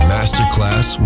Masterclass